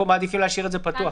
פה אתם מעדיפים להשאיר את זה פתוח.